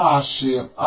ഇതാണ് ആശയം